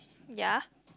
ya